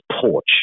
porch